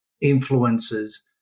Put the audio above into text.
influences